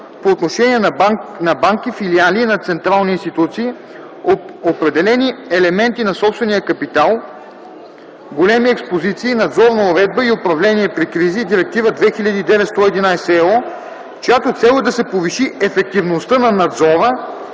по отношение на банки – филиали на централни институции, определени елементи на собствения капитал, големи експозиции, надзорна уредба и управление при кризи (Директива 2009/111/ЕО), чиято цел е да се повиши ефективността на надзора